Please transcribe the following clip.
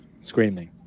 screaming